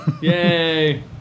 Yay